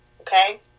okay